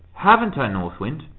haven't i, north wind?